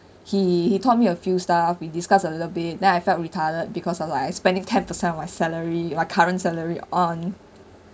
he he taught me a few stuff we discuss a little bit then I felt retarded because of like I spending ten percent of my salary my current salary on